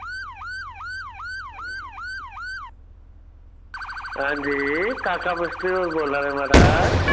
हंजी काका मिस्त्री होर बोल्ला दे महाराज